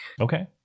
Okay